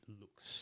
looks